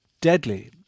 deadly